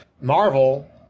Marvel